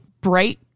bright